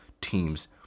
teams